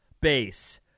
bass